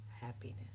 happiness